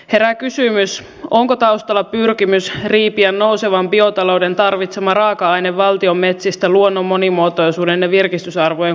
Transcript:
herää kysymys onko taustalla pyrkimys riipiä nousevan biotalouden tarvitsema raaka aine valtion metsistä luonnon monimuotoisuuden ja virkistysarvojen kustannuksella